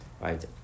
Right